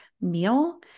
meal